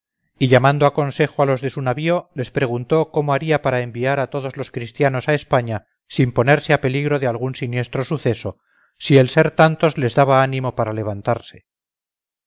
y llamando a consejo a los de su navío les preguntó cómo haría para enviar a todos los christianos a españa sin ponerse a peligro de algún siniestro suceso si el ser tantos les daba ánimo para levantarse